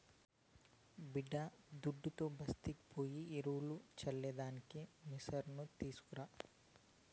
బిడ్డాదుడ్డుతో బస్తీకి పోయి ఎరువులు చల్లే దానికి మిసను తీస్కరా